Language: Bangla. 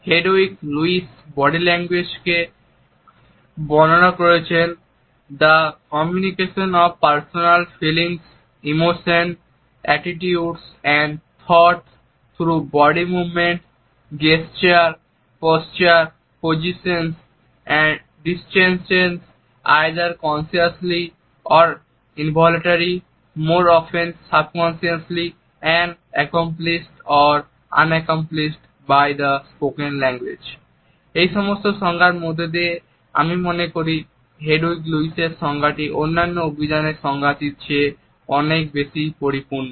হেডউইগ লুইস বডি ল্যাঙ্গুয়েজকে বর্ণনা করেছেন "the communication of personal feelings emotions attitudes and thoughts through body movements gestures postures positions and distances either consciously or involuntarily more often subconsciously and accompanied or unaccompanied by the spoken language" এই সমস্ত সংজ্ঞার মধ্যে আমি মনে করি হেডউইগ লুইসের সংজ্ঞাটি অন্যান্য অভিধানের সংজ্ঞাগুলির চেয়ে অনেক বেশি পরিপূর্ণ